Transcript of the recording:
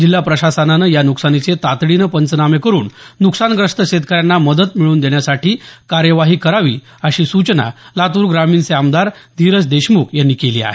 जिल्हा प्रशासनानं या नुकसानीचे तातडीने पंचनामे करुन नुकसानग्रस्त शेतकऱ्यांना मदत मिळवून देण्यासाठी कार्यवाही करावी अशी सूचना लातूर ग्रामीणचे आमदार धिरज देशमुख यांनी केली आहे